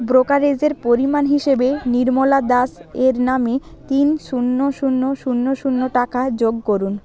ব্রোকারেজের পরিমাণ হিসেবে নির্মলা দাস এর নামে তিন শূন্য শূন্য শূন্য শূন্য টাকা যোগ করুন